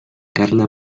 carla